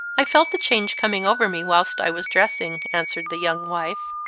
i felt the change coming over me whilst i was dressing, answered the young wife.